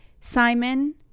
Simon